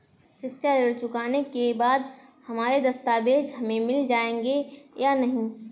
शिक्षा ऋण चुकाने के बाद हमारे दस्तावेज हमें मिल जाएंगे या नहीं?